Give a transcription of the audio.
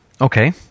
Okay